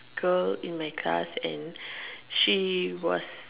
girl in my class and she was